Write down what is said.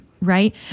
right